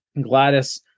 Gladys